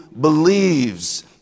believes